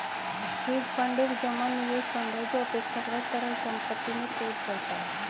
hedge fund एक जमा निवेश फंड है जो अपेक्षाकृत तरल संपत्ति में ट्रेड करता है